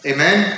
Amen